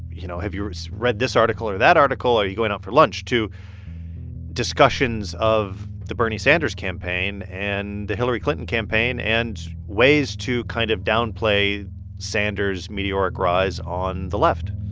you know, have you read this article or that article? are you going out for lunch to discussions of the bernie sanders campaign and the hillary clinton campaign? and ways to kind of downplay sanders' meteoric rise on the left,